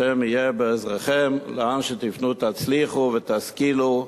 השם יהיה בעזרכם, לאן שתפנו תצליחו ותשכילו,